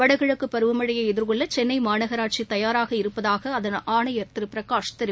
வடகிழக்குபருவமழையைஎதிர்கொள்ளசென்னைமாநகராட்சிதயாராக இருப்பதாகஅதன் ஆணையர் திருபிரகாஷ் தெரிவித்துள்ளார்